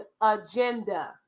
agenda